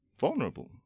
vulnerable